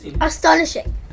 astonishing